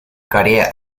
корея